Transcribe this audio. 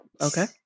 okay